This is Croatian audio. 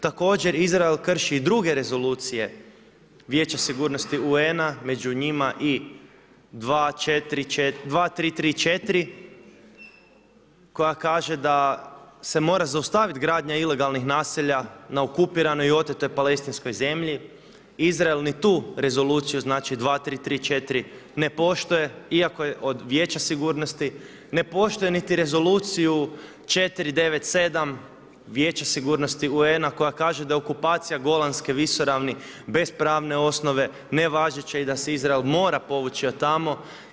Također Izrael krši i druge rezolucije Vijeća sigurnosti UN-a, među njim i 2334 koja kaže da se mora zaustaviti gradnja ilegalnih naselja na okupiranoj i otetoj Palestinskoj zemlji, Izrael ni tu rezoluciju znači 2334 ne poštuje iako je od Vijeća sigurnosti, ne poštuje niti rezoluciju 497 Vijeća sigurnosti UN-a koja kaže da je okupacija Golanske visoravni bez pravne osobe nevazeća i da se Izrael mora povući od tamo.